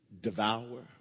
devour